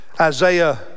Isaiah